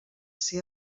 ser